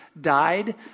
died